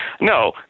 No